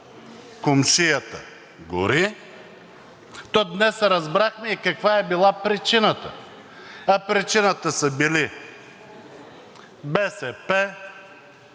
комшията гори, то днес разбрахме и каква е била причината, а причината са били БСП,